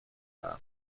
dda